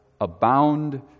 abound